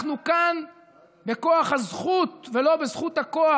אנחנו כאן בכוח הזכות ולא בזכות הכוח.